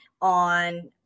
on